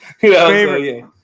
favorite